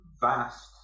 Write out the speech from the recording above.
vast